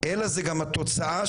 אלא זאת גם התוצאה,